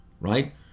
right